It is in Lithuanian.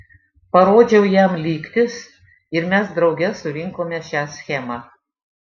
parodžiau jam lygtis ir mes drauge surinkome šią schemą